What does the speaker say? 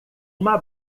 uma